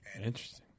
Interesting